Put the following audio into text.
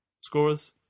Scorers